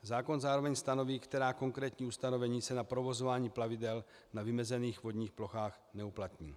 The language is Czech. Zákon zároveň stanoví, která konkrétní ustanovení se na provozování plavidel na vymezených vodních plochách neuplatní.